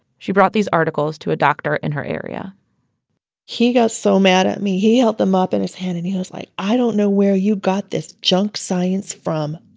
she brought these articles to a doctor in her area and he got so mad at me. he held them up in his hand and he he was like, i don't know where you got this junk science from.